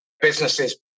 businesses